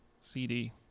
CD